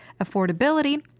affordability